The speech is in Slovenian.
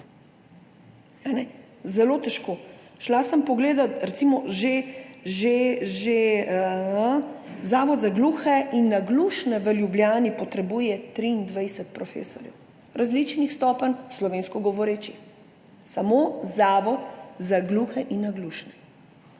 Zelo težko. Šla sem pogledat, recimo že Zavod za gluhe in naglušne v Ljubljani potrebuje 23 profesorjev različnih stopenj, slovensko govoreči. Samo Zavod za gluhe in naglušne.